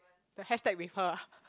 the hashtag with her ah